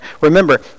remember